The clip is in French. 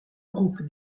groupe